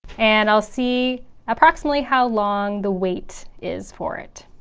and i'll see approximately how long the wait is for it.